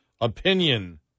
Opinion